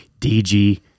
dg